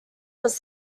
was